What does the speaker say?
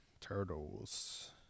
turtles